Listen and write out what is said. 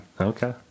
Okay